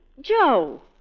Joe